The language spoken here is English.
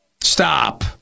Stop